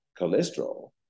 cholesterol